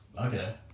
Okay